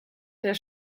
der